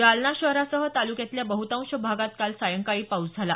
जालना शहरासह तालुक्यातल्या बहुतांश भागात काल सायंकाळी पाऊस झाला